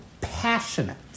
passionate